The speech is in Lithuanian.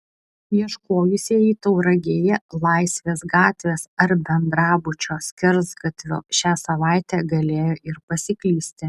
ieškojusieji tauragėje laisvės gatvės ar bendrabučio skersgatvio šią savaitę galėjo ir pasiklysti